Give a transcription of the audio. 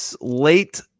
late –